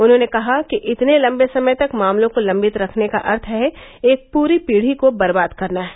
उन्होंने कहा कि इतने लंबे समय तक मामलों को लंबित रखने का अर्थ एक पूरी पीढ़ी को बर्बाद करना है